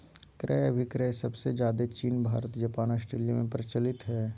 क्रय अभिक्रय सबसे ज्यादे चीन भारत जापान ऑस्ट्रेलिया में प्रचलित हय